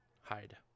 hide